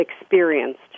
experienced